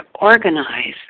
organize